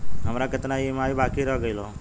हमार कितना ई ई.एम.आई बाकी रह गइल हौ?